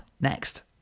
next